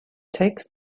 takes